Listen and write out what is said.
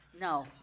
No